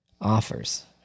offers